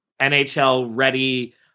NHL-ready